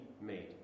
made